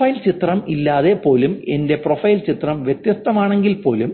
profile ചിത്രം ഇല്ലാതെ പോലും എന്റെ പ്രൊഫൈൽ ചിത്രം വ്യത്യസ്തമാണെങ്കിൽ പോലും